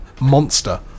Monster